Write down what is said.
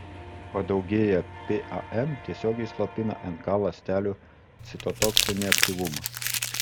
padaugėję pam tiesiogiai slopina nk ląstelių citotoksinį aktyvumą